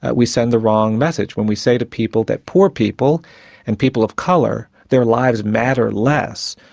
ah we send the wrong message. when we say to people that poor people and people of colour, their lives matter less,